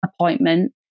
appointment